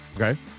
okay